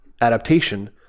adaptation